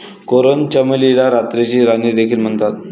coral चमेलीला रात्रीची राणी देखील म्हणतात